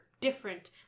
different